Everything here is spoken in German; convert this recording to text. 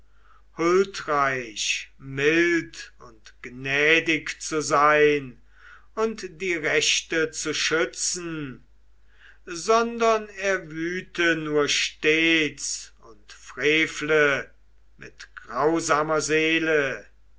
huldreich mild und gnädig zu sein und die rechte zu schützen sondern er wüte nur stets und frevle mit grausamer seele